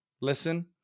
Listen